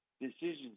decisions